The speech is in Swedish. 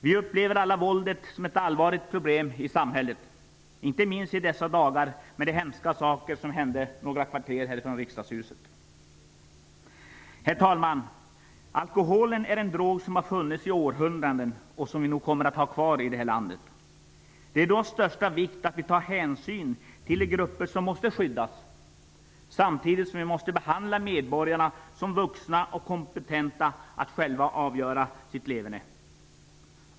Vi upplever alla våldet som ett allvarligt problem i samhället, inte minst i dessa dagar med de hemska saker som hände några kvarter från riksdagshuset. Herr talman! Alkohol är en drog som har funnits i århundraden och som kommer att finnas kvar i det här landet. Det är då av största vikt att vi har hänsyn till de grupper som måste skyddas, samtidigt som vi måste behandla medborgarna som vuxna och kompetenta att själva avgöra sitt leverne.